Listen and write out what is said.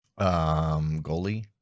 goalie